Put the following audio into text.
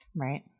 Right